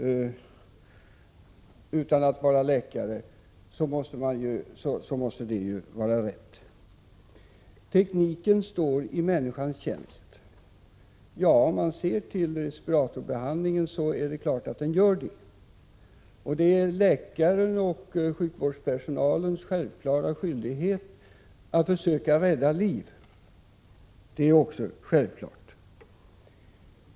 Utan att vara läkare vill jag hävda att det är riktigt. Tekniken står i människans tjänst, sägs det. Ja, om man ser till respirator 31 behandlingen är det klart att den gör det. Det är läkarnas och den övriga sjukvårdspersonalens självklara skyldighet att försöka rädda liv.